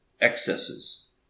excesses